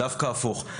דווקא הפוך,